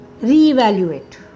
reevaluate